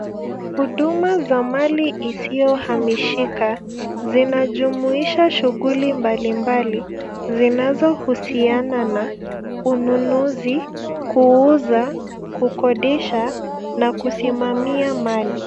Huduma za mali isiyohamishika zinajumuisha shughuli mbalimbali zinazohusiana na ununuzi, kuuza, kukodisha na kusimamia mali.